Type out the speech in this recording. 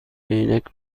عینک